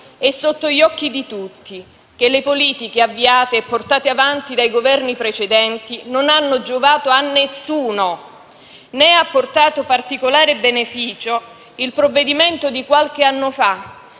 è sotto gli occhi di tutti che le politiche avviate, portate avanti dai Governi precedenti, non hanno giovato a nessuno. Né ha portato particolare beneficio il provvedimento di qualche anno fa